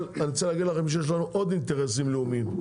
אבל אני רוצה להגיד לכם שיש לנו עוד אינטרסים לאומיים,